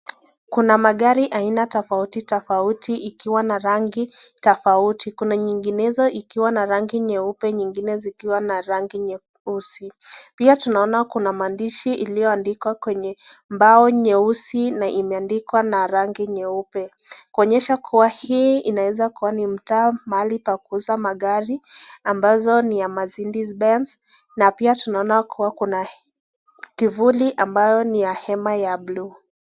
Kuna magari aina tofauti tofauti ikiwa na rangi tofauti. Kuna nyinginezo ikiwa na rangi nyeupe nyingine zikiwa na rangi nyeusi. Pia tunaona kuna maandishi iliyoandikwa kwenye mbao nyeusi na imeandikwa na rangi nyeupe, kuonyesha kuwa hii inaeza kuwa ni mtaa mahali pa kuuza magari ambazo ni ya Mercedes Benz na pia tunaona kuwa kuna kivuli ambayo ni ya hema ya bluu.